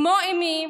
כמו אימי,